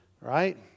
Right